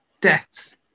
deaths